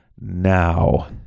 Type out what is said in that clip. now